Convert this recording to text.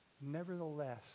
Nevertheless